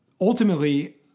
ultimately